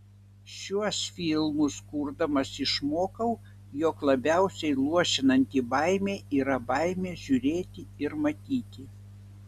šiuos filmus kurdamas išmokau jog labiausiai luošinanti baimė yra baimė žiūrėti ir matyti